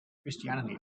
christianity